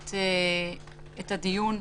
את הדיון.